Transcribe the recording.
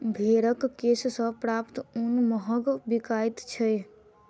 भेंड़क केश सॅ प्राप्त ऊन महग बिकाइत छै